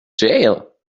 jail